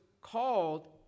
called